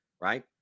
right